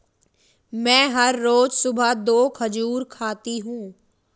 मैं हर रोज सुबह दो खजूर खाती हूँ